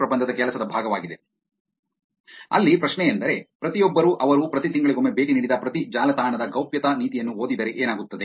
ಪ್ರಬಂಧದ ಕೆಲಸದ ಭಾಗವಾಗಿದೆ ಅಲ್ಲಿ ಪ್ರಶ್ನೆಯೆಂದರೆ ಪ್ರತಿಯೊಬ್ಬರೂ ಅವರು ಪ್ರತಿ ತಿಂಗಳಿಗೊಮ್ಮೆ ಭೇಟಿ ನೀಡಿದ ಪ್ರತಿ ಜಾಲತಾಣದ ಗೌಪ್ಯತೆ ನೀತಿಯನ್ನು ಓದಿದರೆ ಏನಾಗುತ್ತದೆ